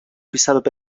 بسبب